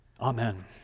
Amen